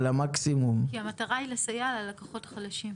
המטרה היא לסייע ללקוחות חלשים.